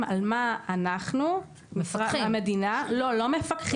אנחנו לא באנו